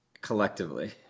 collectively